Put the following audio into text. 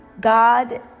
God